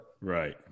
Right